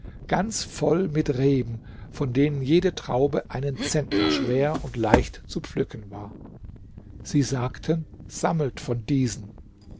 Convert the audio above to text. ganz voll mit reben von denen jede traube einen zentner schwer und leicht zu pflücken war sie sagten sammelt von diesen